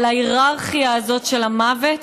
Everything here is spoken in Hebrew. אבל ההייררכיה הזאת של המוות